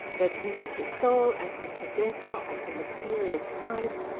that he was the sole active possessor of the mysterious night,